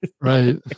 right